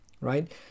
Right